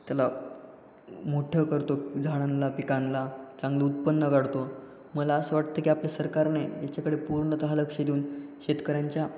त्याला मोठं करतो झाडांना पिकांना चांगलं उत्पन्न काढतो मला असं वाटतं की आपल्या सरकारने याच्याकडे पूर्णतः लक्ष देऊन शेतकऱ्यांच्या